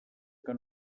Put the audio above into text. que